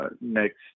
next